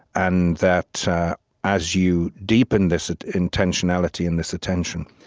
and that as you deepen this intentionality and this attention,